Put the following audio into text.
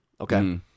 Okay